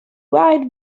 wide